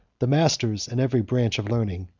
the masters in every branch of learning,